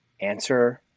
answer